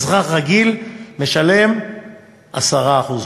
אזרח רגיל משלם 10% מס.